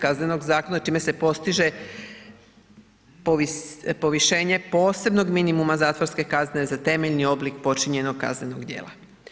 Kaznenog zakona čime se postiže povišenje posebnog minimuma zatvorske kazne za temeljni oblik počinjenog kaznenog djela.